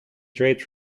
draped